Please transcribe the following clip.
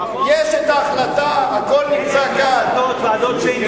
יש ההחלטה, הכול נמצא כאן, ועדת-שיינין.